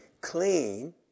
clean